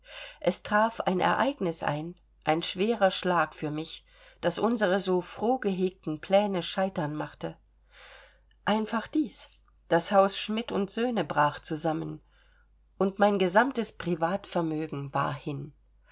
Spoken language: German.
es traf ein ereignis ein ein schwerer schlag für mich das unsere so froh gehegten pläne scheitern machte einfach dies das haus schmitt söhne brach zusammen und mein gesamtes privatvermögen war hin